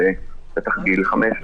במסגרת, בטח גיל חמש.